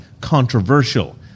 controversial